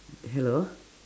hello